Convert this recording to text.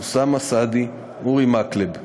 אוסאמה סעדי ואורי מקלב.